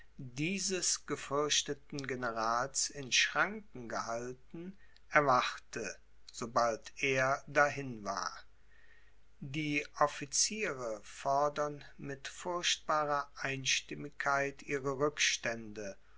dieses gefürchteten generals in schranken gehalten erwachte sobald er dahin war die officiere fordern mit furchtbarer einstimmigkeit ihre